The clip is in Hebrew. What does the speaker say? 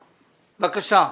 בבקשה.